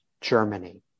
Germany